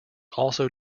also